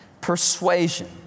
Persuasion